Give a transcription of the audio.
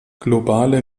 globale